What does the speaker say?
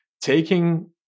taking